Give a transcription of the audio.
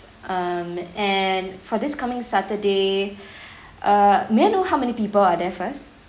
um and for this coming saturday uh may I know how many people are there first